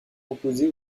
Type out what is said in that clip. opposé